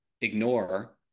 ignore